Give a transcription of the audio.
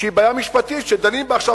וזו בעיה משפטית שדנים בה עכשיו,